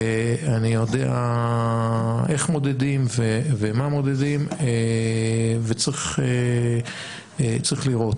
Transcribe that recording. אני יודע איך מודדים ומה מודדים וצריך לראות.